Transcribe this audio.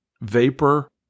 vapor